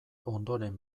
ondoren